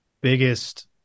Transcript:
biggest